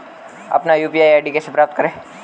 अपना UPI ID कैसे प्राप्त करें?